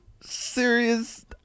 serious